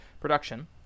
production